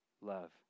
love